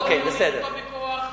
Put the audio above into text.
לא בכוח.